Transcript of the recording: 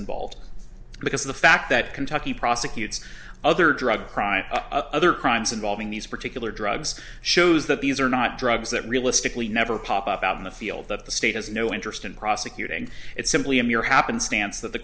involved because of the fact that kentucky prosecutes other drug crimes other crimes involving these particular drugs shows that these are not drugs that realistically never pop up out in the field of the state has no interest in prosecuting it simply a mere happenstance that the